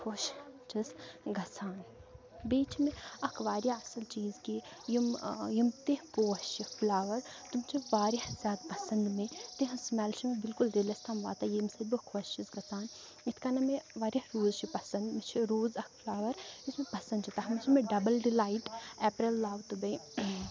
خۄش چھَس گژھان بیٚیہِ چھِ مےٚ اَکھ واریاہ اَصٕل چیٖز کہِ یِم یِم تہِ پوش چھِ فٕلاوَر تِم چھِ واریاہ زیادٕ پَسنٛد مےٚ تِہٕنٛز سٕمٮ۪ل چھِ مےٚ بِلکُل دِلَس تام واتان ییٚمہِ سۭتۍ بہٕ خۄش چھَس گژھان یِتھ کَنَن مےٚ واریاہ روز چھِ پَسنٛد مےٚ چھِ روز اَکھ فٕلاوَر یُس مےٚ پَسَنٛد چھِ تَتھ منٛز چھُ مےٚ ڈَبٕل ڈِلایٹ ایٚپرَل لَو تہٕ بیٚیہِ